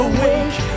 Awake